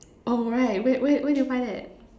oh right where where where did you find that